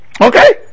Okay